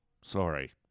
Sorry